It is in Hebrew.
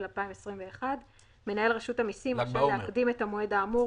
2021); מנהל רשות המסים רשאי להקדים את המועד האמור